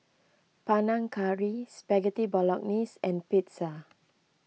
Panang Curry Spaghetti Bolognese and Pizza